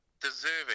deserving